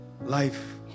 life